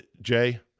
Jay